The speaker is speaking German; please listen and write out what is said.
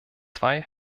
zwei